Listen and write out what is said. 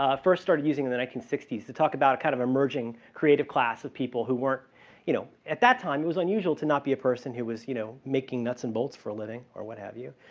ah first started using in the nineteen i mean sixty s to talk about a kind of emerging creative class of people who weren't you know. at that time, it was unusual to not be a person who was you know making nuts and bolts for a living or what have you.